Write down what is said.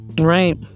right